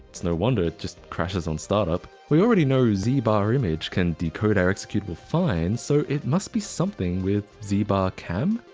it's no wonder it just crashes on startup. we already know zbarimg can decode our executable fine, so it must be something with zbarcam.